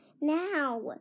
now